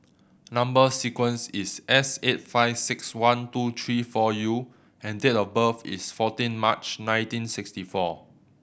number sequence is S eight five six one two three four U and date of birth is fourteen March nineteen sixty four